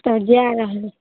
तब जै रहलै